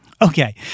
Okay